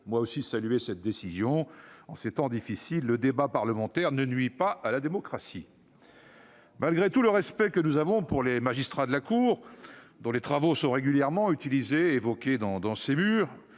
mon tour saluer cette décision. En ces temps difficiles, le débat parlementaire ne nuit pas à la démocratie. Malgré tout le respect que nous avons pour les magistrats de la Cour des comptes, dont les travaux sont régulièrement évoqués et utilisés en ces murs,